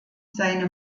seine